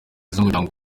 z’umuryango